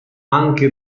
anche